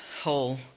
whole